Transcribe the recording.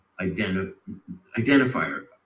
identifier